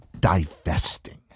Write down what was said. divesting